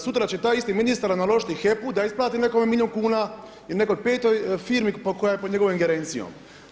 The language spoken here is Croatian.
Sutra će taj isti ministar naložiti HEP-u da isplati nekome milijun kuna ili nekoj petoj firmi koja je pod njegovom ingerencijom.